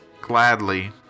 gladly